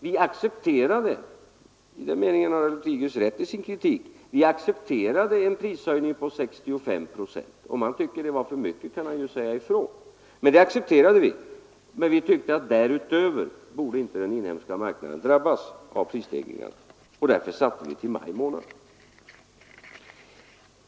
Vi accepterade — i den meningen har herr Lothigius rätt i sin kritik — en prishöjning på 65 procent. Om han tycker att det var för mycket kan han säga ifrån. Vi accepterade den, men vi tyckte att den inhemska marknaden inte därutöver borde drabbas av prisstegringarna, och därför beslutade vi att maj månads priser skulle gälla.